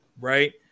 right